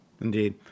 Indeed